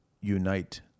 unite